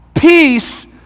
Peace